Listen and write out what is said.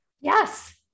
Yes